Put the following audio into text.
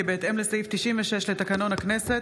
כי בהתאם לסעיף 96 לתקנון הכנסת,